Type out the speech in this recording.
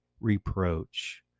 reproach